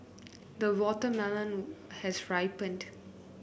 the watermelon has ripened